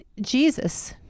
Jesus